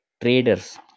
traders